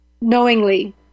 knowingly